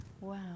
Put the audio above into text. Wow